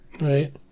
Right